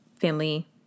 family